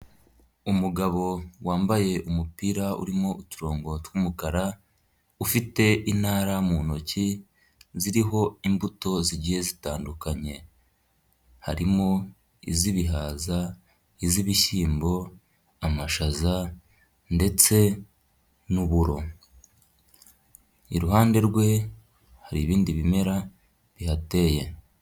Umugabo wambaye umupira urimo uturongo tw'umukara, ufite intara mu ntoki, ziriho imbuto zigiye zitandukanye, harimo iz'ibihaza, iz'ibishyimbo, amashaza ndetse n'uburo. Iruhande rwe hari ibindi bimera bihateye.